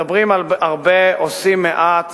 מדברים הרבה, עושים מעט.